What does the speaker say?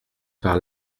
par